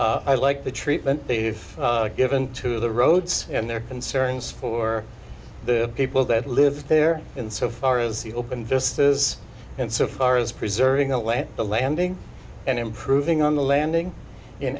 it i like the treatment they've given to the roads and their concerns for the people that live there in so far as he opened this is in so far as preserving away the landing and improving on the landing in